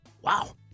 Wow